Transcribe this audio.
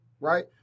right